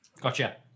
gotcha